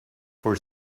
for